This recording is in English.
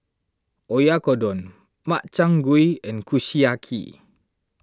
Oyakodon Makchang Gui and Kushiyaki